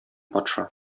патша